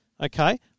Okay